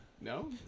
No